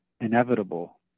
inevitable